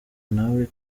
nawe